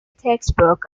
textbook